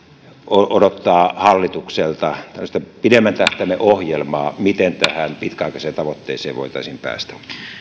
odottaa hallitukselta pidemmän tähtäimen ohjelmaa miten tähän pitkäaikaiseen tavoitteeseen voitaisiin päästä